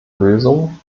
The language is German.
lösungen